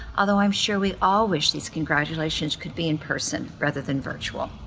although i'm sure we all wish these congratulations could be in person rather than virtual.